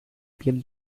piel